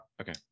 okay